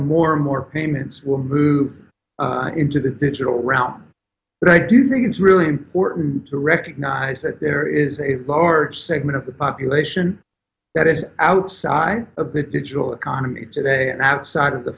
more and more payments will move into the digital around but i do think it's really important to recognize that there is a far segment of the population that is outside a big digital economy today and outside of the